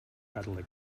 catholic